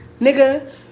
Nigga